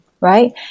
right